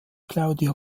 claudia